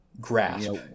grasp